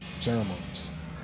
ceremonies